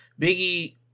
Biggie